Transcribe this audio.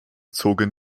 zogen